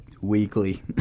Weekly